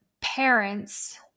parents